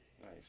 Nice